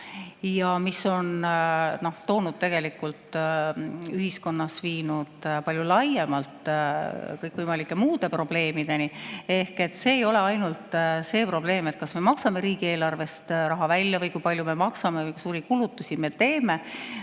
See on viinud tegelikult ühiskonnas palju laiemalt kõikvõimalike muude probleemideni. Ei ole ainult see probleem, kas me maksame riigieelarvest raha välja, kui palju me maksame või kui suuri kulutusi me teeme.